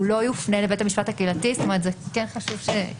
תסבירו מה המחשבה.